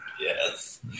Yes